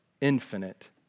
infinite